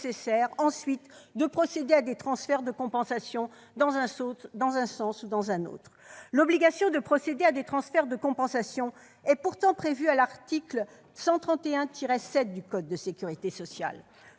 ensuite de procéder à des transferts de compensation dans un sens ou dans l'autre. L'obligation de procéder à des transferts de compensation est pourtant prévue à l'actuel article L. 131-7 du code de la sécurité sociale.